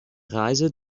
reise